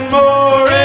more